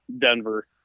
Denver